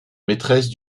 maîtresse